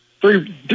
three